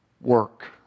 work